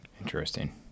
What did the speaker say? Interesting